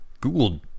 Google